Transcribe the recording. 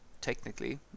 technically